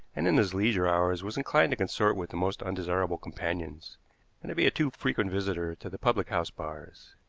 and in his leisure hours was inclined to consort with the most undesirable companions, and to be a too frequent visitor to the public-house bars.